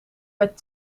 met